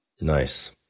Nice